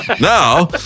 Now